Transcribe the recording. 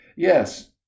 Yes